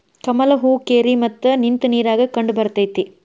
ಕಮಲ ಹೂ ಕೆರಿ ಮತ್ತ ನಿಂತ ನೇರಾಗ ಕಂಡಬರ್ತೈತಿ